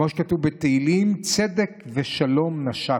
כמו שכתוב בתהילים "צדק ושלום נשקו"